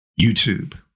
YouTube